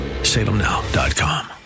salemnow.com